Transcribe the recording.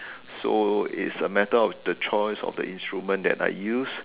so it's a matter of the choice of the instrument that I use